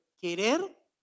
querer